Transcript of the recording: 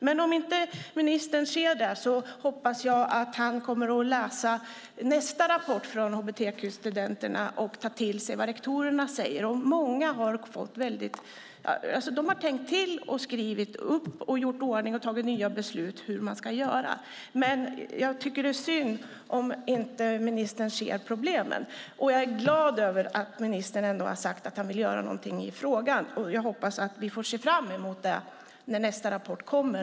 Men om ministern inte ser det hoppas jag att han kommer att läsa nästa rapport från hbtq-studenterna och ta till sig vad rektorerna säger. Många har tänkt till, skrivit upp och fattat nya beslut om hur man ska göra. Jag tycker att det är synd att ministern inte ser problemen, men jag är glad över att ministern ändå har sagt att han vill göra någonting i frågan. Jag hoppas att vi kan se fram emot det när nästa rapport kommer.